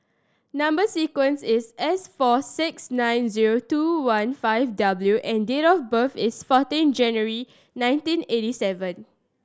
number sequence is S four six nine zero two one five W and date of birth is fourteen January nineteen eighty seven